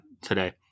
today